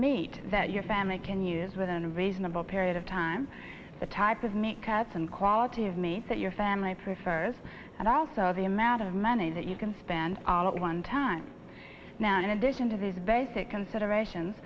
meat that your family can use within a reasonable period of time the type of make up some quality of me that your family prefers and also the amount of money that you can spend all of one time now in addition to these basic considerations